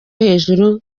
hejuru